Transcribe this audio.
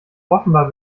offenbar